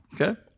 Okay